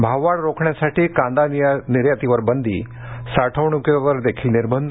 भाववाढ रोखण्यासाठी कांदा निर्यातीवर बंदी साठवण्कीवरही निर्बध